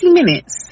minutes